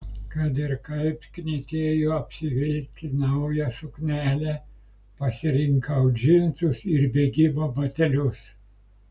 kad ir kaip knietėjo apsivilkti naują suknelę pasirinkau džinsus ir bėgimo batelius